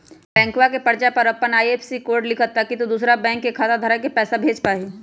बैंकवा के पर्चा पर अपन आई.एफ.एस.सी कोड लिखा ताकि तु दुसरा बैंक खाता धारक के पैसा भेज पा हीं